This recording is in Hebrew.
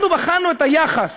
אנחנו בחנו את היחס